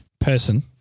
person